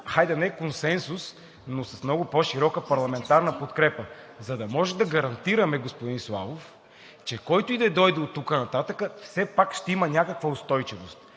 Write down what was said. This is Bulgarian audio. хайде не консенсус, но с много по-широка парламентарна подкрепа, за да може да гарантираме, господин Славов, че който и да дойде оттук нататък, все пак ще има някаква устойчивост